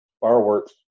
fireworks